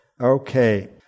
okay